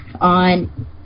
on